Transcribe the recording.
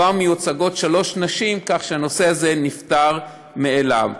כבר מיוצגות שלוש נשים, כך שהנושא הזה נפתר מאליו.